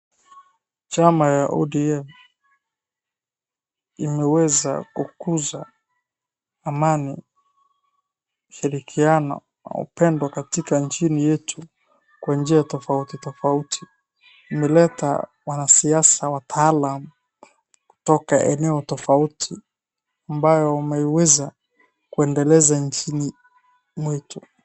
Chama ya UDA, imeweza kukuza amani, ushirikiano na upendo katika nchini yetu kwa njia tofauti tofauti. Imeleta wanasiasa wataalam kutoka eneo tofauti ambao umeiweza kuendeleza nchini mwetu.